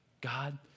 God